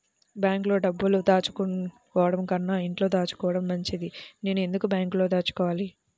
బ్యాంక్లో డబ్బులు దాచుకోవటంకన్నా ఇంట్లో దాచుకోవటం మంచిది నేను ఎందుకు బ్యాంక్లో దాచుకోవాలి?